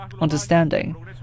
understanding